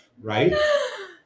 right